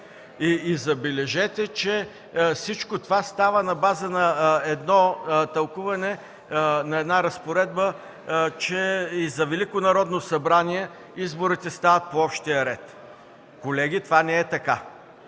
Забележете, че всичко това става на база на тълкуване на разпоредба, че и за Велико народно събрание изборите стават по общия ред. Колеги, това не е така!